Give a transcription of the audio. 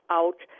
out